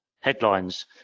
headlines